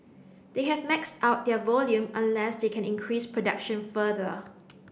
they have maxed out their volume unless they can increase production further